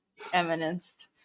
eminenced